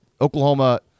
Oklahoma